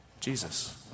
Jesus